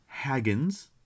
Haggins